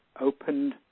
opened